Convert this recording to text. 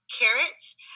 carrots